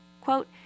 quote